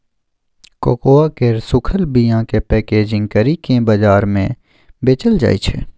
cocoa केर सूखल बीयाकेँ पैकेजिंग करि केँ बजार मे बेचल जाइ छै